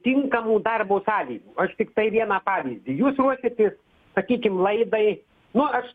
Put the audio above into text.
tinkamų darbo sąlygų aš tiktai vieną pavyzdį jūs ruošiatės sakykim laidai nu aš